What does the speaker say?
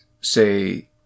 say